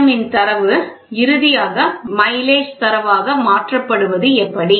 M இன் தரவு இறுதியாக மைலேஜ் தரவாக மாற்றப்படுவது எப்படி